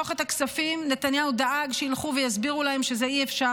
נתניהו דאג שילכו ויסבירו להם שאי-אפשר.